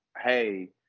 hey